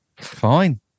Fine